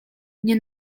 nie